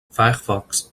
firefox